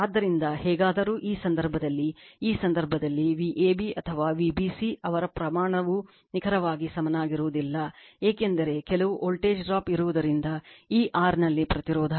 ಆದ್ದರಿಂದ ಹೇಗಾದರೂ ಈ ಸಂದರ್ಭದಲ್ಲಿ ಈ ಸಂದರ್ಭದಲ್ಲಿ Vab ಅಥವಾ Vbc ಅವರ ಪ್ರಮಾಣವು ನಿಖರವಾಗಿ ಸಮನಾಗಿರುವುದಿಲ್ಲ ಏಕೆಂದರೆ ಕೆಲವು ವೋಲ್ಟೇಜ್ ಡ್ರಾಪ್ ಇರುವುದರಿಂದ ಈ R ನಲ್ಲಿ ಪ್ರತಿರೋಧ